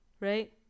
right